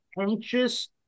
anxious